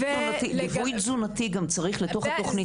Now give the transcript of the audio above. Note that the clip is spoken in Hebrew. --- ליווי תזונתי גם צריך לתוך התוכנית הזו.